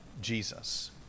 Jesus